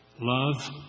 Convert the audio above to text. Love